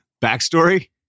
Backstory